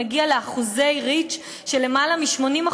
מגיע לאחוזי reach של יותר מ-80%,